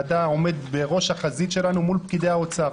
אתה עומד בראש החזית שלנו מול פקידי האוצר,